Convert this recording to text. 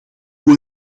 hoe